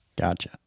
Gotcha